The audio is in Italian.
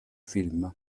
film